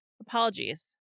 Apologies